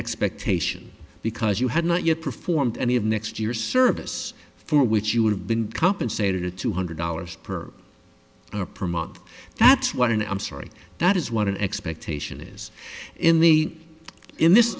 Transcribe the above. expectation because you had not yet performed any of next year's service for which you would have been compensated two hundred dollars per hour per month that's what and i'm sorry that is what an expectation is in the in this